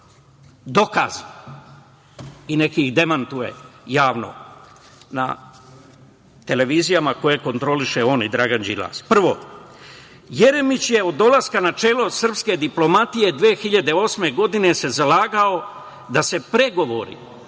dokazano. I neka ih demantuje javno na televizijama koje kontroliše on i Dragan Đilas. Prvo, Jeremić je od dolaska na čelo srpske diplomatije 2008. godine se zalagao da se pregovori